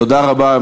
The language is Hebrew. תודה רבה.